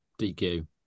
DQ